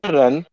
run